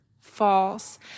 false